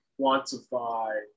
quantify